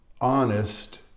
honest